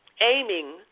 aiming